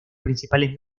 principales